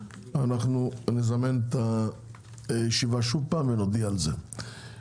אנחנו נזמן את הישיבה שוב ונודיע על זה.